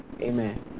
Amen